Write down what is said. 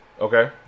Okay